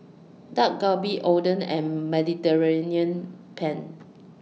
Dak Galbi Oden and Mediterranean Penne